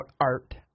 art